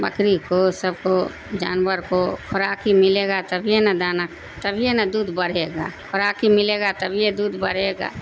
بکری کو سب کو جانور کو خوراک ہی ملے گا تبھی نا دانا تبھی نا دودھ بڑھے گا خوراک ہی ملے گا تبھی یہ دودھ بڑھے گا